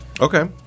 Okay